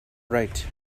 write